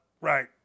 right